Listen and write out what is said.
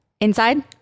Inside